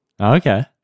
Okay